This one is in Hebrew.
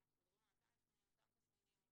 אותם תסמינים,